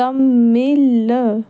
Tamil